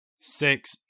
six